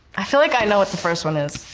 i feel like i know what the first one is.